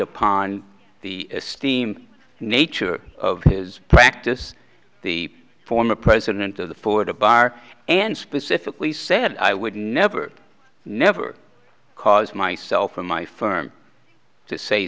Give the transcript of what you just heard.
upon the steam nature of his practice the former president of the florida bar and specifically said i would never never cause myself or my firm to say